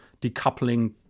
decoupling